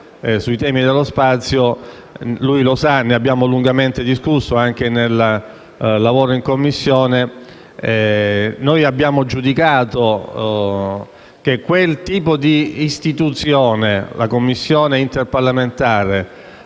sui temi dello spazio, egli sa, perché ne abbiamo lungamente discusso anche nel corso del lavoro in Commissione, che noi abbiamo giudicato che quel tipo di istituzione (una Commissione interparlamentare)